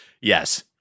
Yes